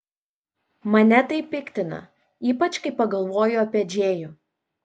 mane tai piktina ypač kai pagalvoju apie džėjų